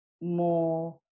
more